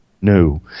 No